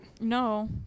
no